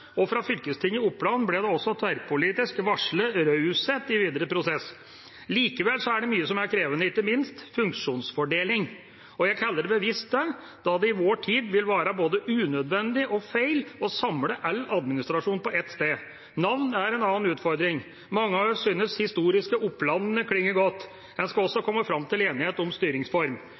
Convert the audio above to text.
og fra fylkestinget i Oppland ble det også tverrpolitisk varslet raushet i den videre prosessen. Likevel er det mye som er krevende, ikke minst funksjonsfordeling – jeg kaller det bevisst det, da det i vår tid vil være både unødvendig og feil å samle all administrasjon på ett sted. Navn er en annen utfordring. Mange av oss synes det historiske Opplandene klinger godt. En skal også komme fram til enighet om styringsform.